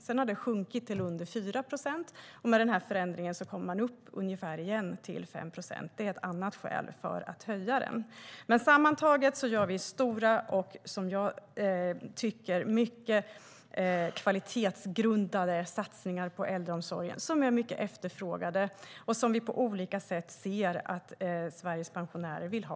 Det har sedan sjunkit till under 4 procent, men med denna förändring kommer vi upp till ungefär 5 procent igen. Det är ett annat skäl för att höja den. Sammantaget gör vi stora och kvalitetsgrundade satsningar på äldreomsorgen som är mycket efterfrågade och som vi på olika sett ser att Sveriges pensionärer vill ha.